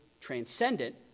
transcendent